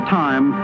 time